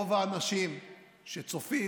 רוב האנשים שצופים,